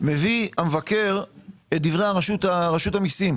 מביא המבקר את דברי רשות המיסים,